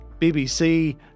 BBC